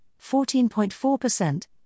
14.4%